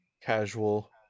casual